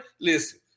listen